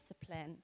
discipline